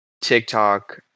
TikTok